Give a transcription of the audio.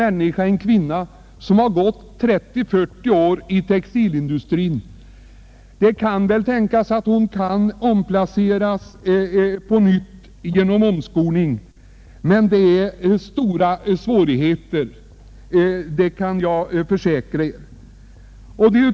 En kvinna som har arbetat 30—40 år inom textilindustrin kan väl placeras ut på arbetsmarknaden igen efter omskolning, men jag försäkrar att det är mycket svårt.